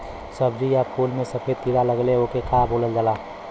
सब्ज़ी या फुल में सफेद कीड़ा लगेला ओके का बोलल जाला?